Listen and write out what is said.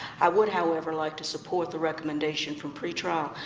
i would, however, like to support the recommendation from pretrial.